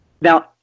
now